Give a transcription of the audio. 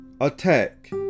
attack